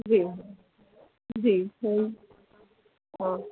जी जी सही हाँ